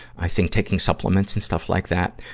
i think, taking supplements and stuff like that,